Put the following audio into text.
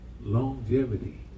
longevity